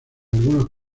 algunos